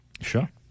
Sure